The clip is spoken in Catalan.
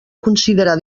considerar